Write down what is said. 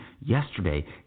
yesterday